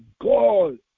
God